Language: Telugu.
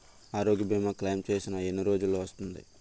ఆరోగ్య భీమా క్లైమ్ చేసిన ఎన్ని రోజ్జులో వస్తుంది?